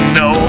no